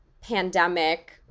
pandemic